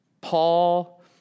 Paul